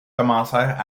commencèrent